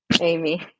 Amy